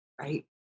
Right